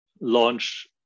launch